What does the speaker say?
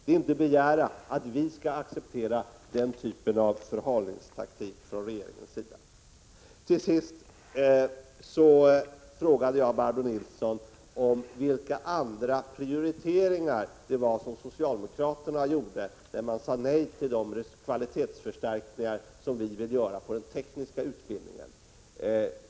Man kan inte begära att vi skall acceptera den typen av förhalningstaktik från regeringens sida. Till sist: Jag frågade Barbro Nilsson vilka andra prioriteringar socialdemokraterna gjorde när de sade nej till de kvalitetsförstärkningar som vi ville göra på den tekniska utbildningen.